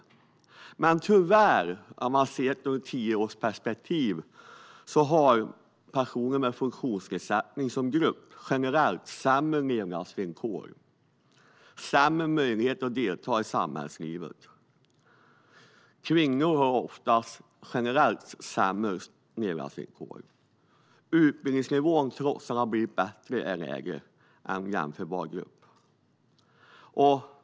I ett tioårsperspektiv kan vi dock tyvärr se att som grupp har personer med funktionsnedsättning generellt sett sämre levnadsvillkor och sämre möjlighet att delta i samhällslivet än övriga befolkningen. Kvinnor har generellt sett sämre levnadsvillkor. Utbildningsnivån är lägre, trots att den har blivit bättre.